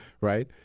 right